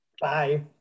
Bye